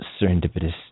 serendipitous